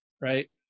right